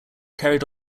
carried